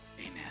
amen